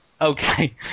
Okay